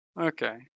Okay